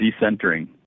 decentering